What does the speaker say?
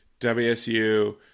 WSU